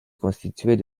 constituaient